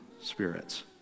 spirits